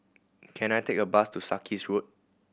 can I take a bus to Sarkies Road